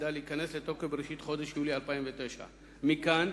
העתידה להיכנס לתוקף בראשית חודש יולי 2009. מכאן